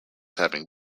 having